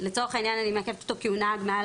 לצורך העניין אני מעכבת אותו כי הוא נהג מעל